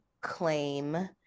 claim